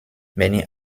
many